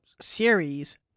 series